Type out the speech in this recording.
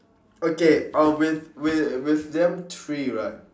okay uh with with with them three right